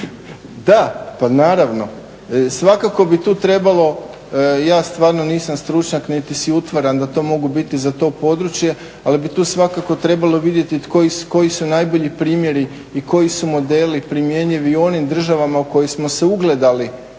Da, pa naravno, svakako bi tu trebalo, ja stvarno nisam stručnjak niti si utvaram da to mogu biti za to područje, ali bi tu svakako trebalo vidjeti koji su najbolji primjeri i koji su modeli primjenjivi onim državama u koje smo se ugledali